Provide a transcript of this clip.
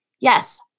Yes